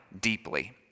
deeply